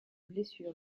blessure